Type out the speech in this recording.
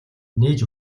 нээж